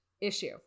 issue